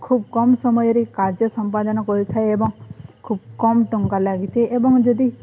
ଖୁବ୍ କମ ସମୟରେ କାର୍ଯ୍ୟ ସମ୍ପାଦନ କରିଥାଏ ଏବଂ ଖୁବ କମ୍ ଟଙ୍କା ଲାଗିଥାଏ ଏବଂ ଯଦି